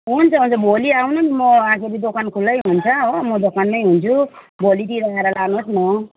हुन्छ हुन्छ भोलि आउनु नि म आखिरी दोकान खुलै हुन्छ हो म दोकानमै हुन्छु भोलितिर आएर लानुहोस् न